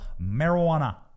marijuana